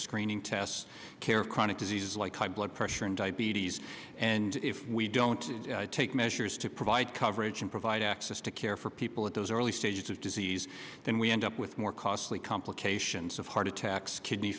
screening tests care of chronic disease like high blood pressure and diabetes and if we don't take measures to provide coverage and provide access to care for people at those early stages of disease then we end up with more costly complications of heart attacks kidney